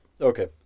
Okay